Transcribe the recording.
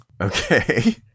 Okay